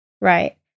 right